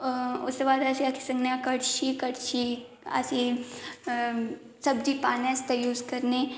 उस तू बाद अस एह् आक्खी सकने कड़छी कड़छी सब्जी पाने आस्तै यूज करने